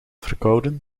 verkouden